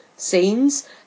scenes